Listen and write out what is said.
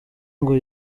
ngo